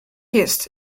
jest